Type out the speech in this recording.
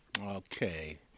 Okay